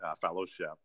fellowship